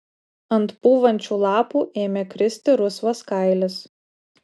ant pūvančių lapų ėmė kristi rusvas kailis